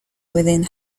within